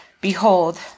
Behold